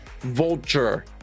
vulture